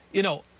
you know,